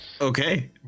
Okay